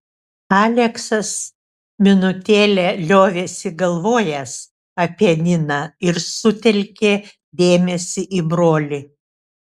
aleksas minutėlę liovėsi galvojęs apie niną ir sutelkė dėmesį į brolį